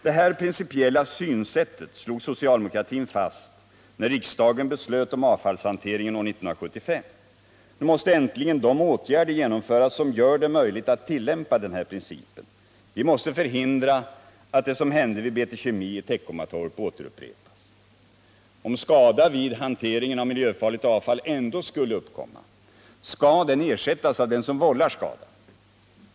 Det här principiella synsättet slog socialdemokratin fast när riksdagen beslöt om avfallshanteringen år 1975. Nu måste äntligen de åtgärder genomföras som gör det möjligt att tillämpa den här principen. Vi måste förhindra att det som hände vid BT Kemi i Teckomatorp återupprepas. Om skada vid hanteringen av miljöfarligt avfall ändå skulle uppkomma skall den ersättas av den som vållar skadan.